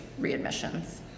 readmissions